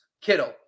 Kittle